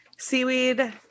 Seaweed